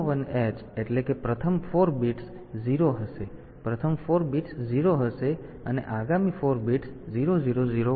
તેથી 0 1 H એટલે કે પ્રથમ 4 બિટ્સ 0 હશે પ્રથમ 4 બિટ્સ 0 હશે અને આગામી 4 બિટ્સ 0 0 0 1 હશે